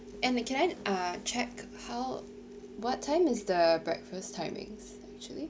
and they can uh check how what time is the breakfast timings actually